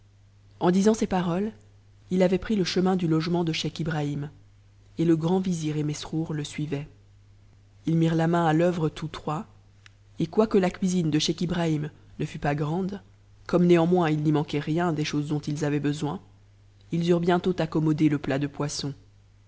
en disant ces paroles il avait pris le chemin du logement de scheich ibrahim et le grand vi et mesrour le suivaient ils mirent la main à l'oeuvre tous trois et quoique la cuisine de scheich ibrahim ne fût pas grande comme néanmoins il n'y manquait rien des choses dont ils avaient besoin ils eurent bientôt accommode c plat de poisson